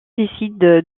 décide